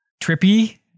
trippy